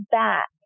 back